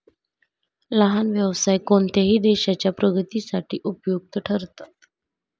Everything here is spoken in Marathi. लहान व्यवसाय कोणत्याही देशाच्या प्रगतीसाठी उपयुक्त ठरतात